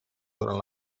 durant